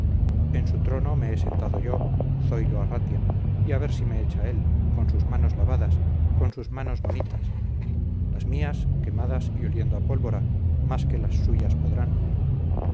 en su trono me he sentado yo zoilo arratia y a ver si me echa él con sus manos lavadas con sus manos bonitas las mías quemadas y oliendo a pólvora más que las suyas podrán